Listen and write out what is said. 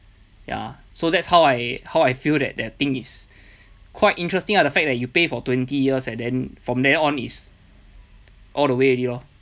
ya so that's how I how I feel that that thing is quite interesting lah the fact that you pay for twenty years and then from there on it's all the way already lor